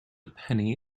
penny